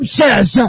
says